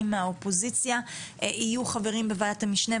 מהאופוזיציה יהיו חברים בוועדת המשנה.